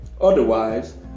Otherwise